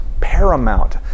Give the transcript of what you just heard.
paramount